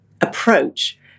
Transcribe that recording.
approach